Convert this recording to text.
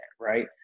Right